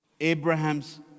Abraham's